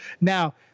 Now